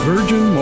Virgin